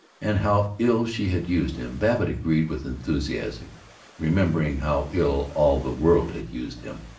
and how ill she had used him, babbitt agreed with enthusiasm remembering how ill all the world had used him,